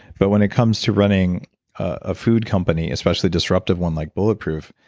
but when it comes to running a food company especially a disruptive one like bulletproof,